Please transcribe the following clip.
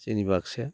जोंनि बाक्साया